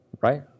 Right